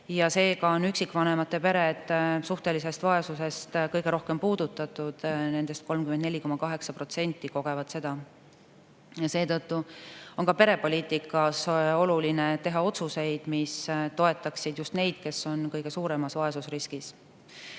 Seega on üksikvanemate pered suhtelisest vaesusest kõige rohkem puudutatud, nendest 34,8% kogevad seda. Seetõttu on perepoliitikas oluline teha otsuseid, mis toetaksid just neid, kes on kõige suuremas vaesusriskis.